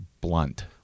blunt